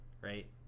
right